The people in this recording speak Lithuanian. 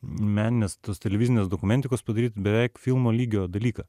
meninės tos televizinės dokumentikos padaryt beveik filmo lygio dalyką